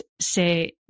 say